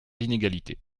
l’inégalité